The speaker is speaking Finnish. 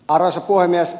arvoisa puhemies